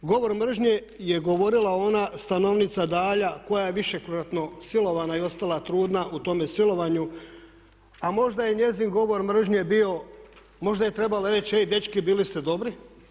Govor mržnje je govorila ona stanovnica Dalja koja je višekratno silovana i ostala trudna u tome silovanju, a možda je njezin govor mržnje bio, možda je trebala reći ej dečki bili ste dobri.